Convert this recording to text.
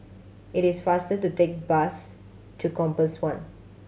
it is faster to take bus to Compass One